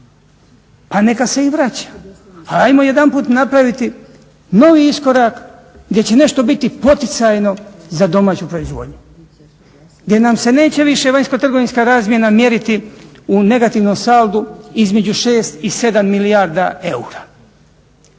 pa neka se i vraća, ali ajmo jedanput napraviti novi iskorak gdje će nešto biti poticajno za domaću proizvodnju, gdje nam se neće više vanjskotrgovinska razmjena mjeriti u negativnom saldu između 6 i 7 milijardi eura.